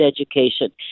education